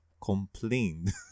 complained